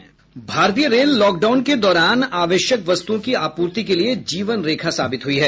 भारतीय रेल लॉकडाउन के दौरान आवश्यक वस्तुओं की आपूर्ति के लिए जीवन रेखा साबित हुई है